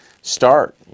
start